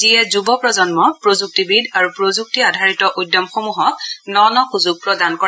যিয়ে যুৱ প্ৰজন্ম প্ৰযুক্তিবিদ আৰু প্ৰযুক্তি আধাৰিত উদ্যমসমূহক ন ন সুযোগ প্ৰদান কৰে